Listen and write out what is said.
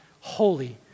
holy